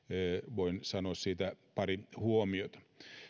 voin sanoa siitä pari huomiota